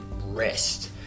rest